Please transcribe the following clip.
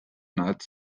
nad